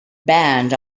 band